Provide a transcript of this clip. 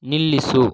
ನಿಲ್ಲಿಸು